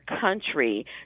country